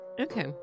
Okay